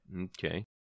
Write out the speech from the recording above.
Okay